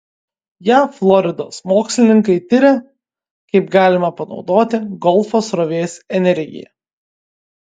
jav floridos mokslininkai tiria kaip galima panaudoti golfo srovės energiją